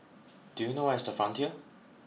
do you know where is the Frontier